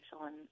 on